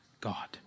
God